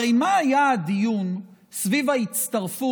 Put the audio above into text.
הרי על מה היה הדיון סביב ההצטרפות,